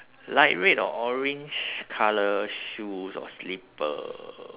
light red or orange colour shoes or slipper